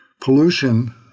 pollution